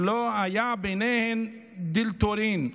שלא היה ביניהן דילטורין"